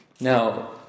Now